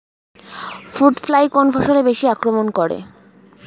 Fruit fly কোন ফসলে বেশি আক্রমন করে?